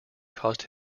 caused